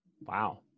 Wow